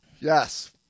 Yes